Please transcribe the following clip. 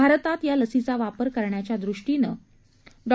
भारतात या लसीचा वापर करण्याच्या दृष्टीनं डॉ